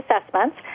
assessments